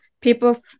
people